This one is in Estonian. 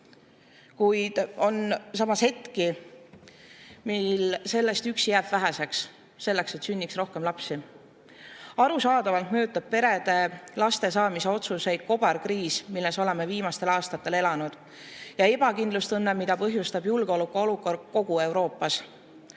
kuid samas on hetki, mil sellest üksi jääb väheks selleks, et sünniks rohkem lapsi. Arusaadavalt mõjutab perede lastesaamise otsuseid kobarkriis, milles oleme viimastel aastatel elanud, ja ebakindlustunne, mida põhjustab julgeolekuolukord kogu Euroopas.